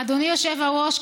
אדוני היושב-ראש,